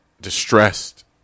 distressed